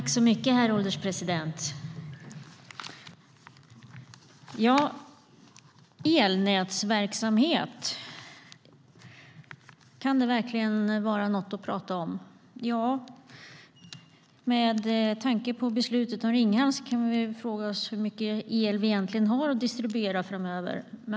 Herr ålderspresident! Kan elnätsverksamhet verkligen vara något att tala om? Med tanke på beslutet om Ringhals kan vi fråga oss hur mycket el vi egentligen har att distribuera framöver.